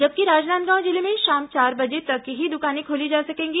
जबकि राजनांदगांव जिले में शाम चार बजे तक ही दुकानें खोली जा सकेंगी